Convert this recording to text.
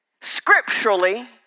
scripturally